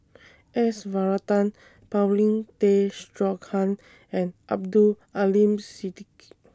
S Varathan Paulin Tay Straughan and Abdul Aleem Siddique